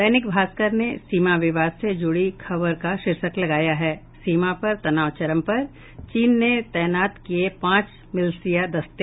दैनिक भास्कर ने सीमा विवाद से जुड़ी खबर का शीर्षक लगाया है सीमा पर तनाव चरम पर चीन ने तैनात किये पांच मिलशिया दस्ते